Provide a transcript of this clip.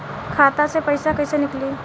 खाता से पैसा कैसे नीकली?